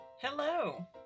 Hello